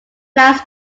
plans